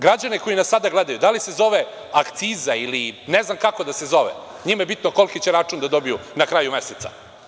Građane koji nas sada gledaju, da li se zove akciza ili ne znam kako da se zove, njima je bitno koliki će račun da dobiju na kraju meseca.